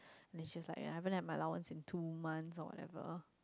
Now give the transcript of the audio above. then show like I haven't have my allowance in two month or whatever